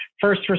first